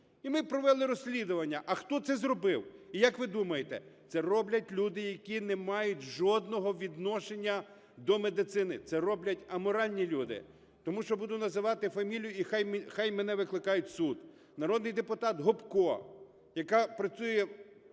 І ми провели розслідування, а хто це зробив. І як ви думаєте – це роблять люди, які не мають жодного відношення до медицини, це роблять аморальні люди. Тому що - буду називати фамілію, і хай мене викликають в суд, - народний депутат Гопко, яка працює